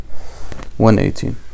118